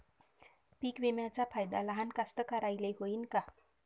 पीक विम्याचा फायदा लहान कास्तकाराइले होईन का?